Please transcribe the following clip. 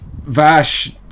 Vash